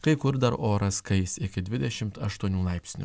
kai kur dar oras kais iki dvidešim aštuonių laipsnių